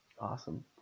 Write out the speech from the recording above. Awesome